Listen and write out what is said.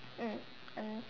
mm and